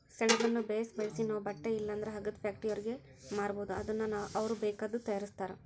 ಸೆಣಬುನ್ನ ಬೇಸು ಬೆಳ್ಸಿ ನಾವು ಬಟ್ಟೆ ಇಲ್ಲಂದ್ರ ಹಗ್ಗದ ಫ್ಯಾಕ್ಟರಿಯೋರ್ಗೆ ಮಾರ್ಬೋದು ಅದುನ್ನ ಅವ್ರು ಬೇಕಾದ್ದು ತಯಾರಿಸ್ತಾರ